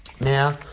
Now